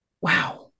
wow